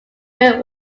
where